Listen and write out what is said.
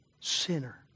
sinner